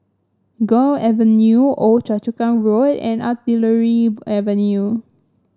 Gul Avenue Old Choa Chu Kang Road and Artillery Avenue